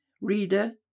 Reader